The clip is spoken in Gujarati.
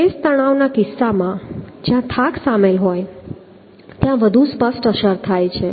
શેષ તણાવના કિસ્સામાં જ્યાં થાક સામેલ હોય ત્યાં વધુ સ્પષ્ટ અસર થાય છે